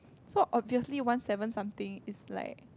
so obviously one seven something is like